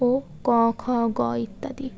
ও ক খ গ ইত্যাদি